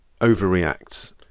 overreacts